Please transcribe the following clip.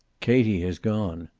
katie has gone.